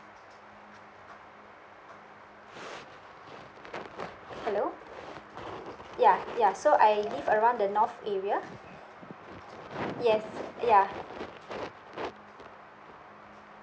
hello ya ya so I live around the north area yes ya